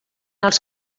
els